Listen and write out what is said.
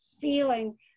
feeling